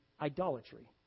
idolatry